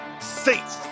safe